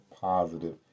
positive